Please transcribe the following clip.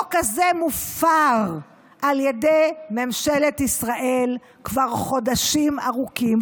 החוק הזה מופר על ידי ממשלת ישראל כבר חודשים ארוכים.